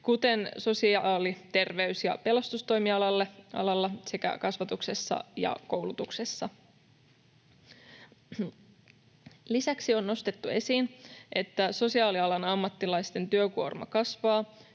kuten sosiaali-, terveys- ja pelastustoimialalla sekä kasvatuksessa ja koulutuksessa. Lisäksi on nostettu esiin, että sosiaalialan ammattilaisten työkuorma kasvaa,